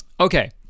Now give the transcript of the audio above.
okay